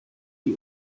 die